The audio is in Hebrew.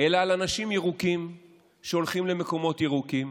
אלא על אנשים ירוקים שהולכים למקומות ירוקים